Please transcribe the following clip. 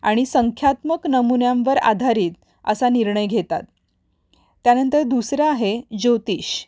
आणि संख्यात्मक नमुन्यांवर आधारित असा निर्णय घेतात त्यानंतर दुसरं आहे ज्योतिष